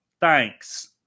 thanks